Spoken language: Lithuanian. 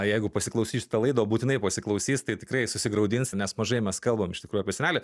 jeigu pasiklausys šitą laidą būtinai pasiklausys tai tikrai sugraudins nes mažai mes kalbam iš tikrųjų apie senelį